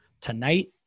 tonight